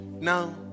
Now